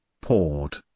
poured